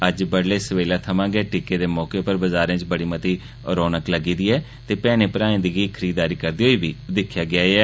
अज्ज बडलै सबेले थमां गै टिक्के दे मौके उप्पर बजारें च बड़ी रौनक लग्गी दी ऐ ते भैहनें भ्राएं गी खरीददारी करदे होई दिक्खेआ गेआ ऐ